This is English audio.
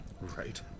Right